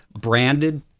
branded